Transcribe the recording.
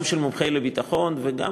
גם של מומחי ביטחון וגם,